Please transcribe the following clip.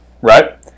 Right